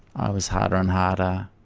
i was harder and harder